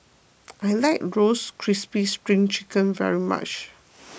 I like Roasted Crispy Spring Chicken very much